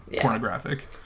pornographic